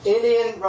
Indian